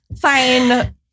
fine